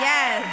Yes